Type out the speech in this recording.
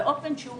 באופן שהוא